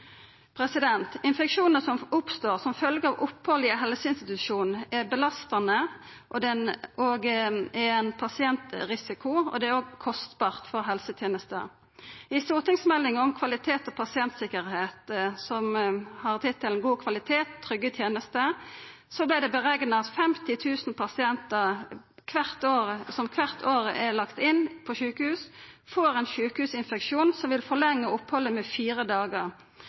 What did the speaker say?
Infeksjonar som oppstår som følgje av opphald i helseinstitusjonar, er belastande: det er ein pasientrisiko og det er òg kostbart for helsetenesta. I stortingsmeldinga om kvalitet- og pasientsikkerhet, som har tittelen «God kvalitet – trygge tjenester», vart det berekna at 50 000 pasientar som kvart år vert innlagde på sjukehus, får ein sjukehusinfeksjon som vil forlengja opphaldet med fire dagar